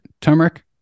turmeric